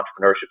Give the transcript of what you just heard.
entrepreneurship